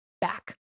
back